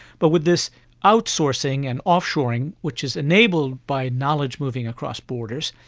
but with this outsourcing and off-shoring, which is enabled by knowledge moving across borders,